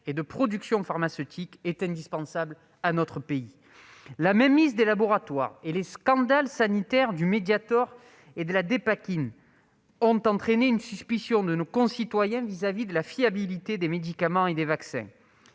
et de production pharmaceutique est indispensable dans notre pays. La mainmise des laboratoires et les scandales sanitaires du Mediator et de la Dépakine ont entraîné une suspicion, parmi nos concitoyens, concernant la fiabilité des médicaments et des vaccins.